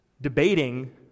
debating